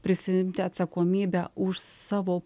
prisiimti atsakomybę už savo